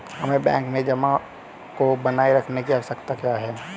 हमें बैंक में जमा को बनाए रखने की आवश्यकता क्यों है?